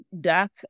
dark